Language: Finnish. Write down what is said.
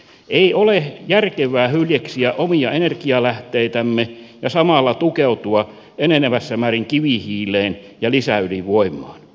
ei ole järkevää hyljeksiä omia energialähteitämme ja samalla tukeutua enenevässä määrin kivihiileen ja lisäydinvoimaan